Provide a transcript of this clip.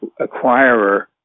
acquirer